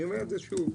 ואני אומר את זה שוב,